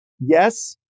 Yes